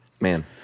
Man